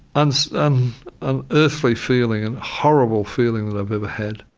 um so um um unearthly feeling, and horrible feeling that i've ever had.